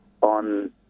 on